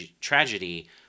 tragedy